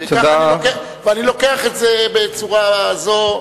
אני לוקח את זה בצורה זו,